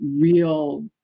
real